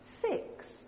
six